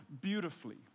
beautifully